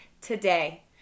today